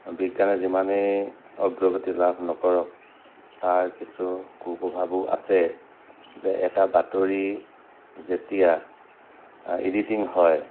বিজ্ঞানে যিমানেই অগ্ৰগতি লাভ নকৰক তাৰ কিছু কু প্ৰভাৱো আছে যে এটা বাতৰি যেতিয়া এডিটিং হয়